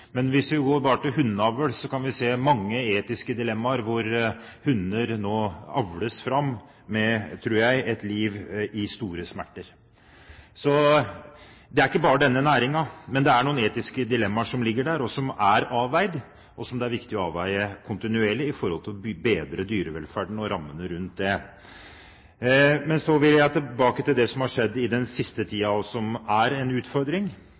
mange etiske dilemmaer med hunder som jeg tror avles fram til et liv med store smerter. Så det er ikke bare denne næringen det gjelder, men det er noen etiske dilemmaer som ligger der, som er avveid, og som det er viktig å avveie kontinuerlig for å bedre dyrevelferden og rammene rundt den. Men så vil jeg tilbake til det som har skjedd i den siste tiden, og som er en utfordring.